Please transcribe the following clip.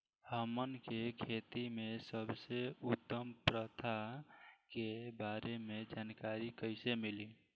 हमन के खेती में सबसे उत्तम प्रथा के बारे में जानकारी कैसे मिली?